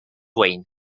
wayne